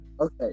okay